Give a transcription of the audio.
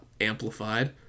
amplified